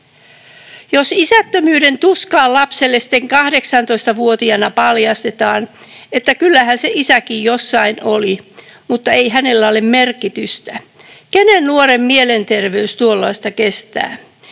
Jos isättömyyden tuskaan lapselle sitten 18-vuotiaana paljastetaan, että kyllähän se isäkin jossain oli, mutta ei hänellä ole merkitystä, kenen nuoren mielenterveys tuollaista kestää?